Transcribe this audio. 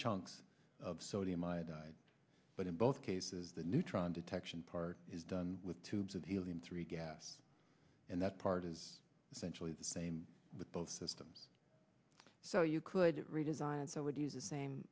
chunks of sodium iodide but in both cases the neutron detection part is done with tubes of helium three gas and that part is essentially the same with both systems so you couldn't redesign it so would use the same